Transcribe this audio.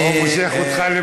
חבר הכנסת חסון,